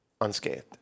Unscathed